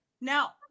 now